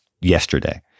yesterday